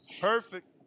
Perfect